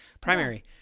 primary